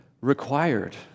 required